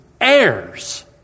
heirs